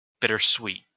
bittersweet